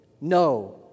no